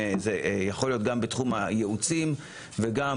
זה יכול להיות גם בתחום הייעוצים וגם